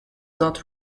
not